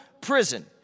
prison